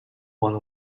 one